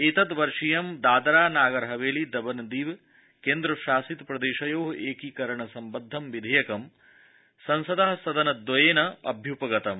एतद्ववर्षीयं दादरा नागर हवेली दमनदीव केन्द्र शासित प्रदेशयोः एकीकरण सम्बद्ध विधेयकं संसदः सदनद्वयेन अभ्यूपगतम्